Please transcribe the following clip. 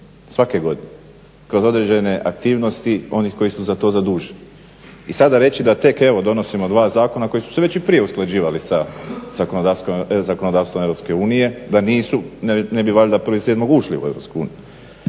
svaki godine, kroz određene aktivnosti onih koji su za to zaduženi. I sada reći da tek evo donosimo dva zakona koji su se već i prije usklađivali sa zakonodavstvom Europske unije, da nisu ne bi valjda 1.7. ušli u